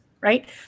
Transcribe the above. Right